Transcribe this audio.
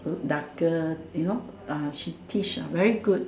darker you know ah she teach ah very good